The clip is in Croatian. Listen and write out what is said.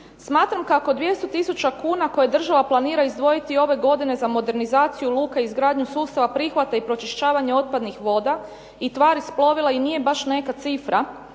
smatram kako 200000 kuna koje država planira izdvojiti ove godine za modernizaciju luka i izgradnju sustava prihvata i pročišćavanja otpadnih voda i tvari s plovila i nije baš neka cifra